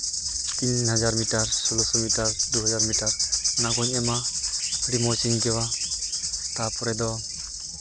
ᱛᱤᱱ ᱦᱟᱡᱟᱨ ᱢᱤᱴᱟᱨ ᱥᱳᱞᱞᱳᱥᱚ ᱢᱤᱴᱟᱨ ᱫᱩ ᱦᱟᱡᱟᱨ ᱢᱤᱴᱟᱨ ᱚᱱᱟᱠᱩᱧ ᱮᱢᱟ ᱟᱹᱰᱤ ᱢᱚᱡᱤᱧ ᱟᱹᱭᱠᱟᱹᱣᱟ ᱛᱟᱯᱚᱨᱮ ᱫᱚ